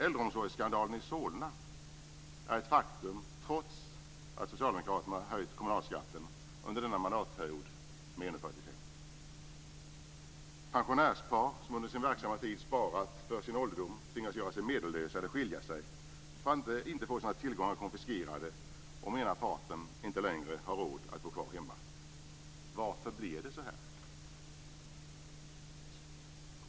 Äldreomsorgsskandalen i Solna är ett faktum trots att socialdemokraterna under denna mandatperiod höjt kommunalskatten med 1:45. Pensionärspar som under sin verksamma tid sparat för sin ålderdom tvingas göra sig medellösa eller skilja sig för att inte få sina tillgångar konfiskerade om den ena parten inte längre har råd att bo kvar hemma. Varför blir det så här?